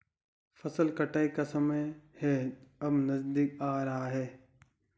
फसल कटाई का समय है अब नजदीक आ रहा है